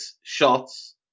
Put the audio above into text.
shots